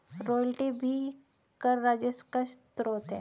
royalty भी कर राजस्व का स्रोत है